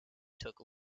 took